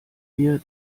wir